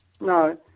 No